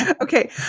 Okay